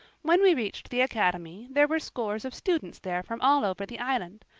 when we reached the academy there were scores of students there from all over the island.